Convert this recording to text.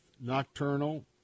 nocturnal